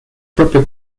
propio